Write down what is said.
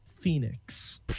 Phoenix